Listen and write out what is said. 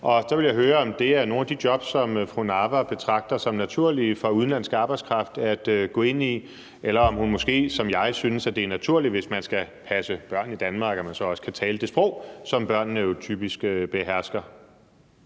Så vil jeg høre, om det er nogle af de jobs, som fru Samira Nawa betragter som naturlige for udenlandsk arbejdskraft at gå ind i, eller om hun måske som jeg synes, at det er naturligt, hvis man skal passe børn i Danmark, at man så også kan tale det sprog, som børnene jo typisk behersker.